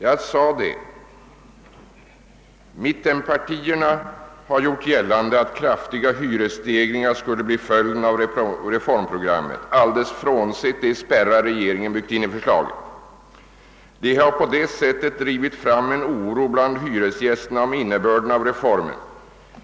Jag sade att mittenpartierna »gjort gällande att kraftiga hyreshöjningar skulle bli följden av reformprogrammet alldeles oavsett de kraftiga spärrar som regeringen hade byggt in i förslaget. De har på det sättet drivit fram en oro bland hyresgästerna om innebörden av reformen.